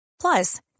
Plus